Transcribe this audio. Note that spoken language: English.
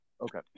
Okay